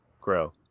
grow